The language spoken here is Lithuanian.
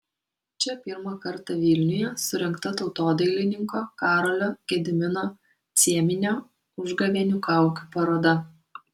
čia pirmą kartą vilniuje surengta tautodailininko karolio gedimino cieminio užgavėnių kaukių paroda